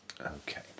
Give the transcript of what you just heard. Okay